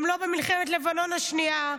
גם לא במלחמת לבנון השנייה.